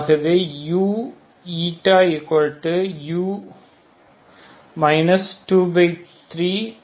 ஆகவே u u 23C1